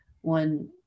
one